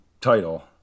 title